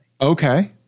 Okay